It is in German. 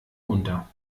unter